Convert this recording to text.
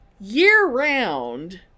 year-round